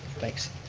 thanks.